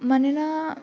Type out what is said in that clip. मानोना